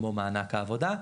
כמו מענק העבודה,